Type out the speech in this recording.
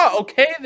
Okay